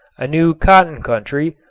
a new cotton country,